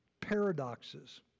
paradoxes